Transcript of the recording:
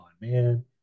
man